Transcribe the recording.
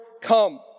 come